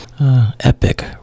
Epic